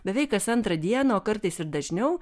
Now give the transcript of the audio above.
beveik kas antrą dieną o kartais ir dažniau